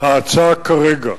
ההצעה כרגע: